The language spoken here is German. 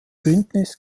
bündnis